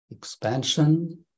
Expansion